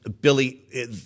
Billy